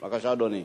בבקשה, אדוני.